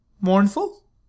Mournful